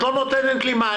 את לא נותנת לי מענה.